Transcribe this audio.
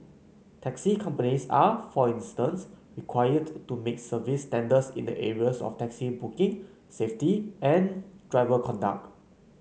taxi companies are for instance required to meet service standards in the areas of taxi booking safety and driver conduct